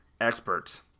experts